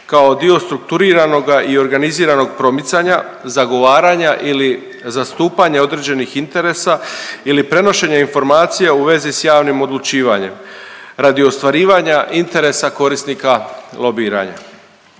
kao dio strukturiranog i organiziranog promicanja zagovaranja ili zastupanja određenih interesa ili prenošenje informacija u vezi s javnim odlučivanjem radi ostvarivanja interesa korisnika lobiranja.